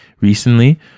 recently